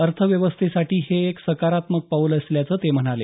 अर्थव्यवस्थेसाठी हे एक सकारात्मक पाऊल असल्याचं ते म्हणाले